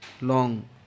long